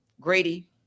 Grady